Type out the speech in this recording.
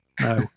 No